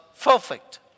perfect